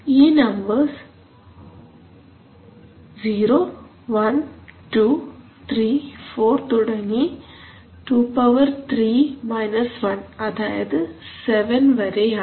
ഈ നമ്പർസ് 01234 തുടങ്ങി 23 1 അതായത് 7 വരെയാണ്